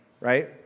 right